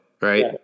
right